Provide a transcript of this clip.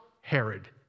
Herod